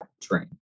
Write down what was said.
train